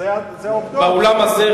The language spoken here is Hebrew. באולם הזה,